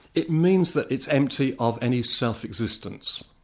it means that it's empty of any self-existence.